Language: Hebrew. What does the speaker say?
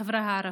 בחברה הערבית.